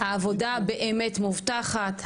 העבודה באמת מובטחת,